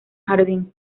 jardín